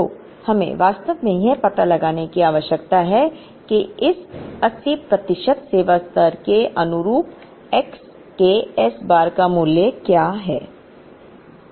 तो हमें वास्तव में यह पता लगाने की आवश्यकता है कि इस 80 प्रतिशत सेवा स्तर के अनुरूप x के S बार का मूल्य क्या है